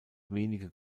wenige